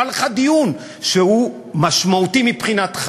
משהו שאני יכול לפרגן.